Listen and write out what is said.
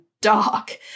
dark